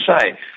say